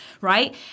Right